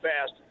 fast